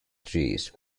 trees